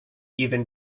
even